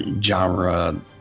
genre